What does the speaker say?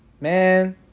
man